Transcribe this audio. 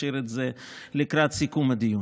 אשאיר את זה לקראת סיכום הדיון.